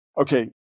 okay